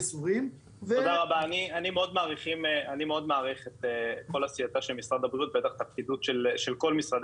אני מאוד מעריך את כל עשייתה של משרד הבריאות ובטח את הפקידות של משרדי